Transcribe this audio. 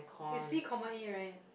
you see common inn right